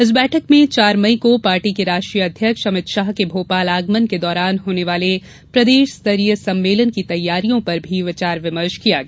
साथ ही में चार मई को पार्टी के राष्ट्रीय अध्यक्ष अभित शाह के भोपाल आगमन के दौरान होने वाले प्रदेश स्तरीय सम्मेलन की तैयारियों पर भी विचार विमर्श किया गया